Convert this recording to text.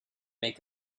make